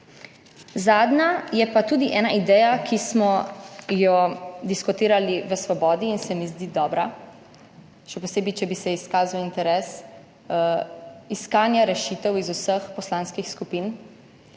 Zadnja je pa tudi ideja, ki smo jo diskutirali v Svobodi in se mi zdi dobra, še posebej, če bi se izkazal interes iskanja rešitev iz vseh poslanskih skupin